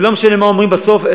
ולא משנה מה אומרים בסוף,